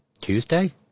Tuesday